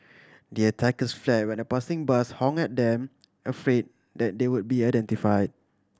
the attackers fled when a passing bus honked at them afraid that they would be identify